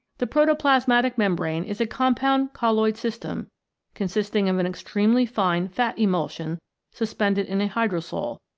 the protoplas matic membrane is a compound colloid system consisting of an extremely fine fat emulsion sus pended in a hydrosol,